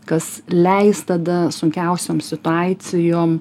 kas leis tada sunkiausiom situacijom